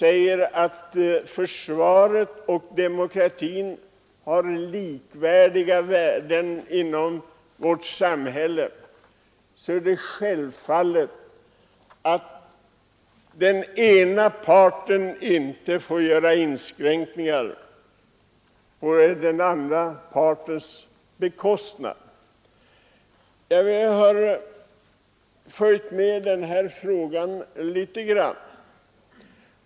Även om försvaret och demokratin har lika stort värde i vårt samhälle, är det självklart att den ena parten inte får göra inskränkningar i den andra partens rättigheter. Jag har följt denna fråga litet grand.